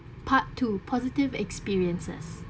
part two positive experiences